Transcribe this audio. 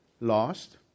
lost